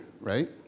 right